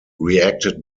reacted